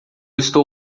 estou